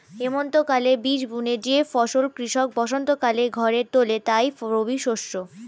হেমন্তকালে বীজ বুনে যে ফসল কৃষক বসন্তকালে ঘরে তোলে তাই রবিশস্য